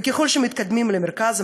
וככל שמתקדמים למרכז,